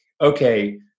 okay